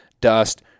dust